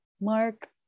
Mark